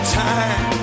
time